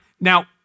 now